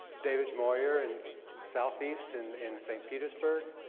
david moyer in southeast and in st. petersburgs.